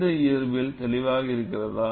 இந்த இயற்பியல் தெளிவாக இருக்கிறதா